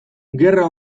gerra